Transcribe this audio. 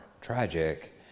tragic